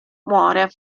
muore